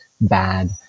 bad